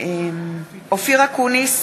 אינו נוכח אופיר אקוניס,